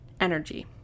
energy